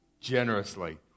generously